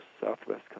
southwest